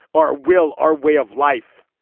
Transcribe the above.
our will, our way of life.